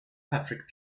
patrick